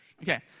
Okay